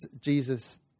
Jesus